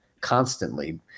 constantly